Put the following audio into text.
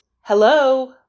Hello